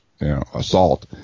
assault